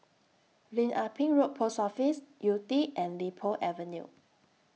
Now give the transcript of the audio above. Lim Ah Pin Road Post Office Yew Tee and Li Po Avenue